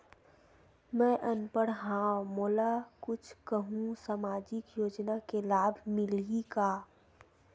मैं अनपढ़ हाव मोला कुछ कहूं सामाजिक योजना के लाभ मिलही का?